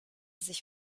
sich